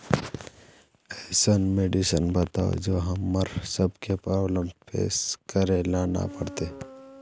ऐसन मेडिसिन बताओ जो हम्मर सबके प्रॉब्लम फेस करे ला ना पड़ते?